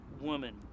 woman